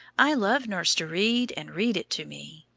i love nurse to read and read it to me.